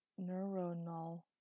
neuronal